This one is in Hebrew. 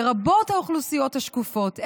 לרבות האוכלוסיות השקופות,